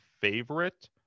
favorite